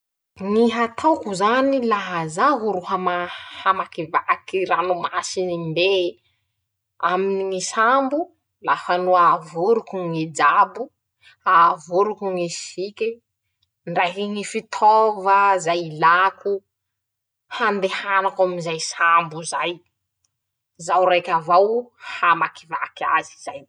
Ñy hataoko zany, laha zaho ro hama hamakivaky ranomasinim-be aminy ñy sambo: -La fa no avoriko ñy jabo, avoriko ñy sike, ndrahy ñy fitaova zay ilako, handehanako amin'izay sambo zay, zaho raiky avao hamakivaky azy zay.